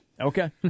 Okay